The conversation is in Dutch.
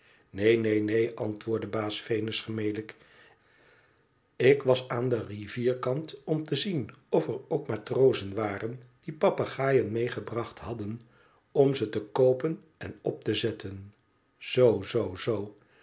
tneen neen neen antwoordde baas venus gemelijk ik was aaa den rivierkant om te zien of er ook matrozen waren die papegaaien meegebracht hadden om ze te koopen en op te zetten zoo zoo zool